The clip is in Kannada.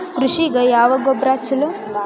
ಕೃಷಿಗ ಯಾವ ಗೊಬ್ರಾ ಛಲೋ?